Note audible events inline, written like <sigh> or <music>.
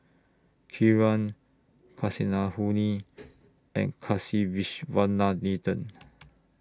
Kiran Kasinadhuni <noise> and Kasiviswanathan